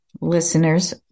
listeners